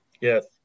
Yes